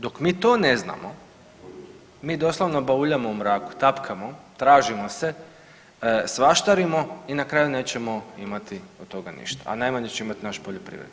Dok mi to ne znamo mi doslovno bauljamo u mraku, tapkamo, tražimo se, svaštarimo i na kraju nećemo imati od toga ništa, a najmanje će imati naš poljoprivrednik.